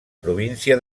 província